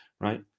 right